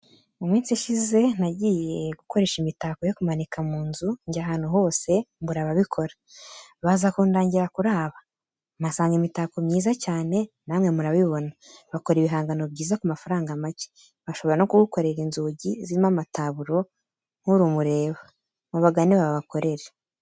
Mu minsi ishize nagiye gukoresha imitako yo kumanika mu nzu, njya ahantu hose mbura ababikora. Baza kundangira kuri aba, mpasanga imitako myiza cyane, namwe murabibona bakora ibihangano byiza ku mafaranga make. Bashobora no kugukorera inzugi zirimo amataburo nk'uru mureba. Mubagane babakorere.